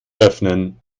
öffnen